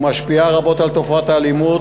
והיא משפיעה רבות על תופעות האלימות,